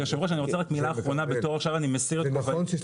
היו"ר אני רוצה רק מילה אחרונה --- זה נכון שיש